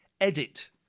Edit